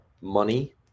money